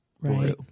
right